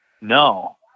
No